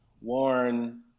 Warren